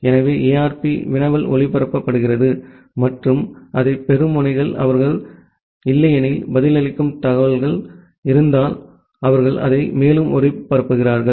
எனவே ARP வினவல் ஒளிபரப்பப்படுகிறது மற்றும் அதைப் பெறும் முனைகள் அவர்கள் இல்லையெனில் பதிலளிக்கும் தகவல் இருந்தால் அவர்கள் அதை மேலும் ஒளிபரப்புகிறார்கள்